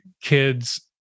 kids